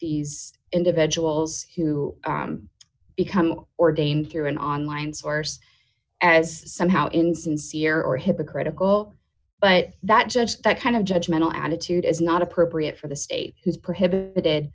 these individuals who become ordained here in online source as somehow insincere or hypocritical but that just that kind of judge mental attitude is not appropriate for the state who's prohibited